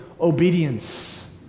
obedience